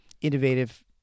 innovative